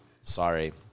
Sorry